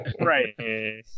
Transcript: right